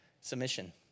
Submission